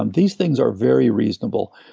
um these things are very reasonable,